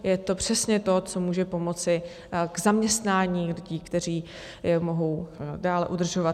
Je to přesně to, co může pomoci k zaměstnání lidí, kteří mohou dále udržovat.